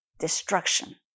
destruction